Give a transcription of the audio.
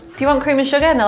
do you want cream and sugar? and